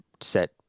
set